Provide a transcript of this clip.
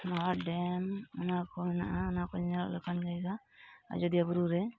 lower dam ᱚᱱᱟ ᱠᱚ ᱦᱮᱱᱟᱜᱼᱟ ᱚᱱᱟ ᱠᱚ ᱧᱮᱞᱚᱜ ᱞᱮᱠᱟᱱ ᱡᱟᱭᱜᱟ ᱟᱡᱳᱫᱤᱭᱟᱹ ᱵᱩᱨᱩᱨᱮ